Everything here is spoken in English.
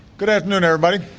good afternoon, everybody.